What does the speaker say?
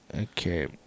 Okay